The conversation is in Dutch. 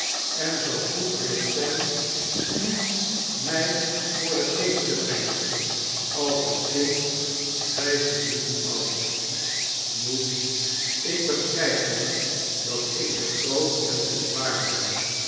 en zoo goed wilt zijn u mij voor den geest te brengen als een kind vijf minuten oud moet ik begrijpen dat ik te groot en te zwaar ben